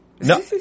No